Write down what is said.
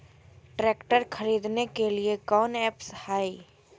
Tractor खरीदने के लिए कौन ऐप्स हाय?